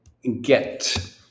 get